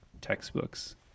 textbooks